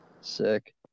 Sick